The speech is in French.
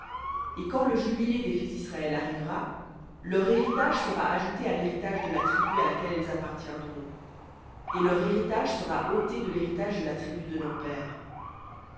et quand le jubilé des fils d'israël arrivera leur héritage sera ajouté à l'héritage de la tribu à laquelle elles appartiendront et leur héritage sera ôté de l'héritage de la tribu de nos pères